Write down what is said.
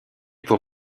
pour